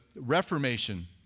Reformation